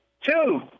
two